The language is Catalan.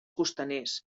costaners